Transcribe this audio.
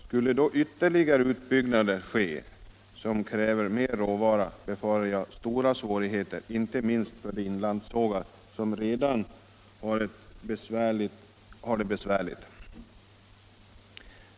Skulle då ytterligare utbyggnader ske som kräver mer råvara befarar jag stora svårigheter inte minst för de inlandssågar som redan har det besvärligt.